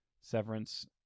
severance